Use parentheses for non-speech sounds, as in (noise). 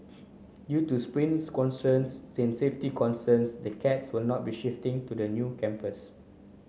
due to space constraints (unintelligible) safety concerns the cats will not be shifting to the new campus